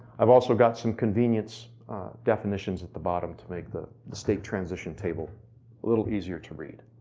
i've also got some convenience definitions at the bottom to make the the state transition table a little easier to read.